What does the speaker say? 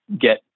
get